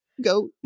goat